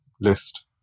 list